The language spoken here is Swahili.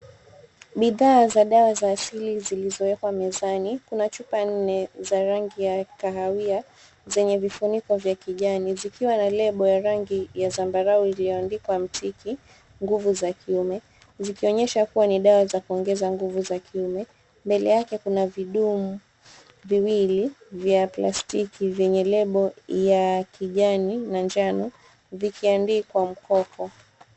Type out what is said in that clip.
Bidhaa za dawa za asili zilizowekwa mezani. Kuna chupa nne za rangi ya kahawia zenye vifuniko vya kijani zikiwa na lebo ya rangi ya zambarau ilioandikwa Mtiki NGUVU ZA KIUME zikiwa ni dawa za kuongeza nguvu za kiume. Mbele yake kuna vidumu viwili vya plastiki vyenye lebo ya kijani na njano vikiandikwa MKOKO.